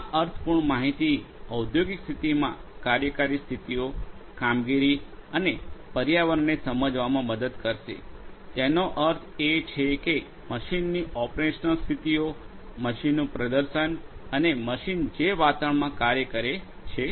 આ અર્થપૂર્ણ માહિતી ઔદ્યોગિક સ્થિતિમાં કાર્યકારી સ્થિતિઓ કામગીરી અને પર્યાવરણને સમજવામાં મદદ કરશે તેનો અર્થ એ છે કે મશીનની ઓપરેશનલ સ્થિતિઓ મશીનનું પ્રદર્શન અને મશીન જે વાતાવરણમાં કાર્ય કરે છે તે